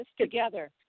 together